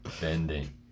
bending